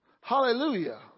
Hallelujah